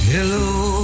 Hello